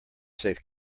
safe